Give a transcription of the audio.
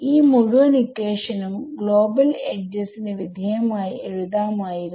ഈ മുഴുവൻ ഇക്വേഷനുംഗ്ലോബൽ എഡ്ജസ്ന് വിധേയമായി എഴുതാമായിരുന്നു